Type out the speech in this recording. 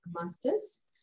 master's